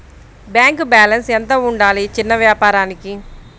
Bank balance ఎంత ఉండాలి చిన్న వ్యాపారానికి?